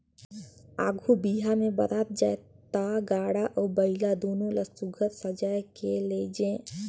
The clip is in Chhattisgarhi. आघु बिहा मे बरात जाए ता गाड़ा अउ बइला दुनो ल सुग्घर सजाए के लेइजे